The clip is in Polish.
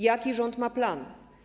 Jaki rząd ma plan?